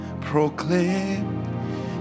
proclaim